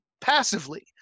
passively